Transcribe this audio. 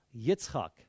Yitzhak